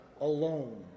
alone